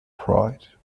pride